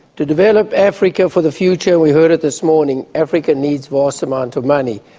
to develop africa for the future we heard it this morning africa needs vast amounts of money.